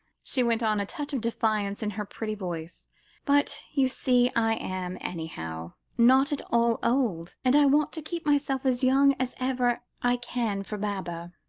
she went on, a touch of defiance in her pretty voice but, you see, i am anyhow not at all old and i want to keep myself as young as ever i can for baba.